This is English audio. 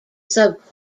sub